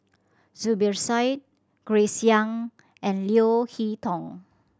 Zubir Said Grace Young and Leo Hee Tong